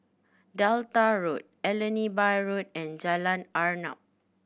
Delta Road Allenby Road and Jalan Arnap